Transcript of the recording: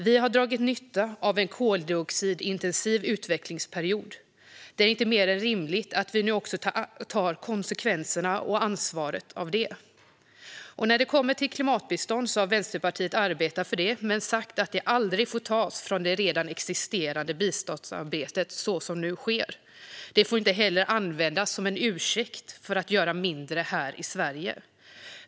Vi har dragit nytta av en koldioxidintensiv utvecklingsperiod, och det är inte mer än rimligt att vi nu också tar konsekvenserna av och ansvaret för det. När det kommer till klimatbistånd har Vänsterpartiet arbetat för det men sagt att det aldrig får tas från det redan existerande biståndsarbetet så som nu sker. Det får inte heller användas som en ursäkt för att göra mindre här i Sverige.